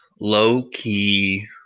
low-key